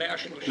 130,000 משפחות.